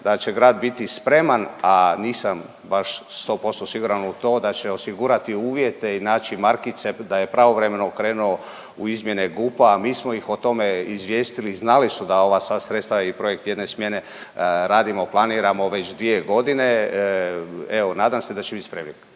da će grad biti spreman, a nisam baš 100% siguran u to da će osigurati uvjete i naći markice da je pravovremeno krenuo u izmjene GUP-a, a mi smo ih o tome izvijestili i znali su da ova sva sredstva i projekt jedne smjene radimo, planiramo već 2.g., evo nadam se da će bit spremni.